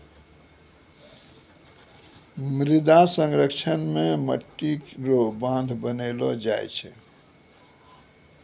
मृदा संरक्षण मे मट्टी रो बांध बनैलो जाय छै